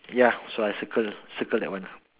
ya so I circle circle that one ah